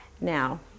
Now